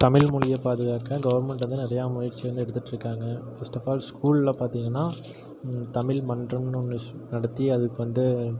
தமிழ்மொழியை பாதுகாக்க கவர்மென்ட் வந்து நிறையா முயற்சி வந்து எடுத்துகிட்டு இருக்காங்க ஃபஸ்ட் ஆஃப் ஆல் ஸ்கூலில் பாத்தீங்கன்னா தமிழ் மன்றம்ன்னு ஒன்று நடத்தி அதுக்கு வந்து